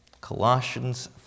Colossians